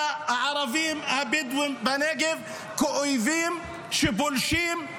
הערבים הבדואים בנגב כאל אויבים שפולשים,